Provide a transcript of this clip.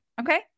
okay